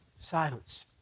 Silence